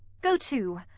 go to,